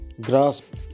grasp